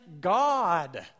God